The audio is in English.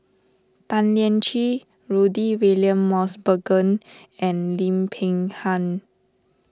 Tan Lian Chye Rudy William Mosbergen and Lim Peng Han